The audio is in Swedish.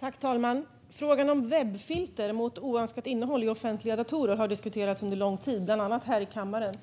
Herr talman! Frågan om webbfilter mot oönskat innehåll i offentliga datorer har diskuterats under lång tid, bland annat här i kammaren.